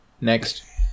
Next